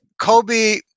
Kobe